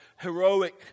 heroic